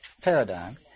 paradigm